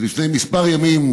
לפני כמה ימים,